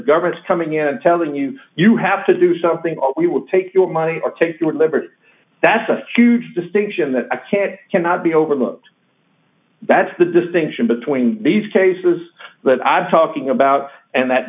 government's coming in and telling you you have to do something or we will take your money or take your liberty that's a huge distinction that a kid cannot be overlooked that's the distinction between these cases that i'm talking about and that